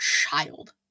child